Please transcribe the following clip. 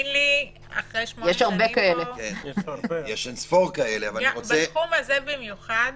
בתחום הזה במיוחד,